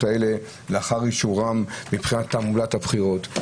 האלה לאחר אישורן מבחינת תעמולת הבחירות.